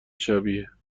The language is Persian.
شبیه